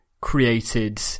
created